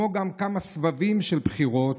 גם בכמה סבבים של בחירות,